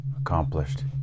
accomplished